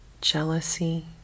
jealousy